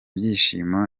byishimo